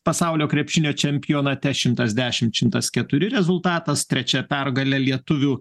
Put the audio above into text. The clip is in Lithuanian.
pasaulio krepšinio čempionate šimtas dešimt šimtas keturi rezultatas trečia pergalė lietuvių